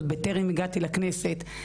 עוד בטרם הגעתי לכנסת.